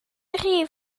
rif